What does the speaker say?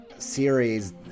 series